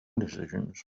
decisions